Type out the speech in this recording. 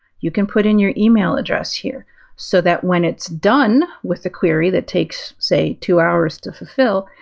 you can put in your email address here so that when it's done with the query that takes, say, two hours to fulfill,